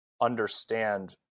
understand